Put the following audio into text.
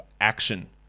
action